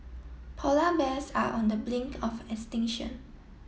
polar bears are on the blink of extinction